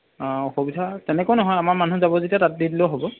অঁ অসুবিধা তেনেকুৱা নহয় আমাৰ মানুহ যাব যেতিয়া তাত দি দিলেও হ'ব